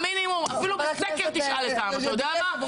ובזה השתנתה השיטה.